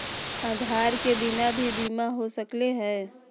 आधार के बिना भी बीमा हो सकले है?